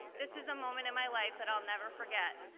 this is a moment in my life that i'll never forget.